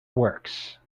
works